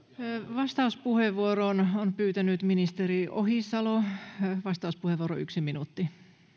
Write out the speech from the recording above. vastauspuheenvuoron on pyytänyt ministeri ohisalo vastauspuheenvuoro yksi minuutti